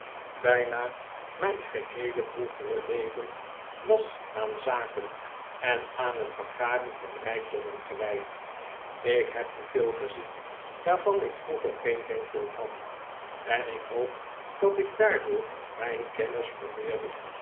bijna mijn geheele vroegere leven was aan zaken en aan het vergaren van rijkdommen gewijd ik heb nu veel gezien waarvan ik vroeger geen denkbeeld had en ik hoop dat ik daardoor mijn kennis